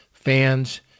fans